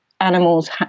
animals